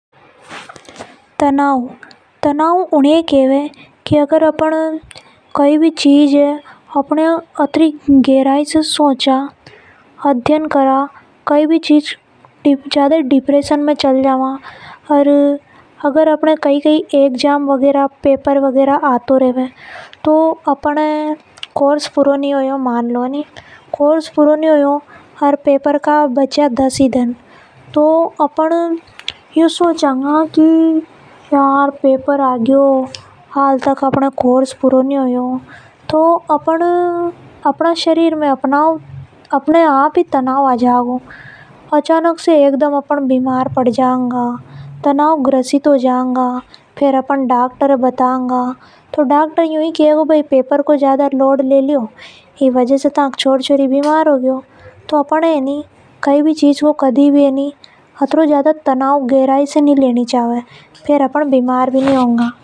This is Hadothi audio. तनाव, तनाव उन्हें केबे की अपन कई भी चीज ये इतनी गहराई से सोचा, अध्ययन करा कई भी चीज के बारा में ज्यादा ही डिप्रेशन में चल जावा ऊनी ए तनाव कहव है। अगर अपने पेपर है और अपना कोर्स पूरा नि हुआ तो अपन ज्यादा ही टेंशन ले लेवा। अपन ज्यादा ही तनाव लेवगआ तो अपन बीमार हो जागा। ओर तनाव पूर्ण हो जावा गा। अपन ये ज्यादा कई भी चीज को तनाव नि लेनो चाहिए।